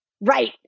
Right